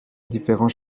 différents